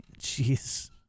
Jeez